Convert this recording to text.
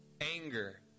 Anger